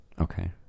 Okay